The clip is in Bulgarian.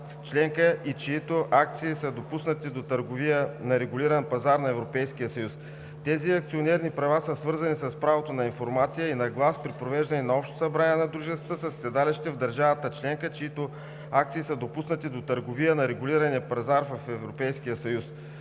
членка и чиито акции са допуснати до търговия на регулиран пазар в Европейския съюз (ЕС). Тези акционерни права са свързани с правото на информация и на глас при провеждане на общо събрание на дружествата със седалище в държава членка, чиито акции са допуснати до търговия на регулиран пазар в ЕС,